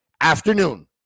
afternoon